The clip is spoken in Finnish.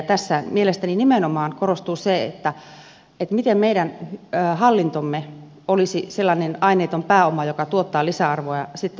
tässä mielestäni nimenomaan korostuu se miten meidän hallintomme olisi sellainen aineeton pääoma joka tuottaa sitten lisäarvoa suomalaiselle taloudelle